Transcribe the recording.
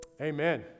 Amen